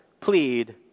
Plead